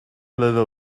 little